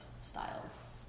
styles